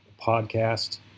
podcast